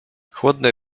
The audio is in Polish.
chłodny